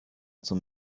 zum